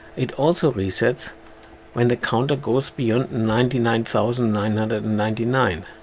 it also resets when the counter goes beyond ninety nine thousand nine hundred and ninety nine.